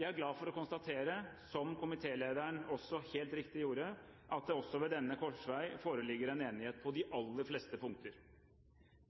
Jeg er glad for å konstatere, som komitélederen også helt riktig gjorde, at det også ved denne korsvei foreligger en enighet på de aller fleste punkter.